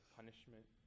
punishment